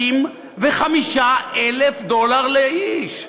65,000 דולר לאיש.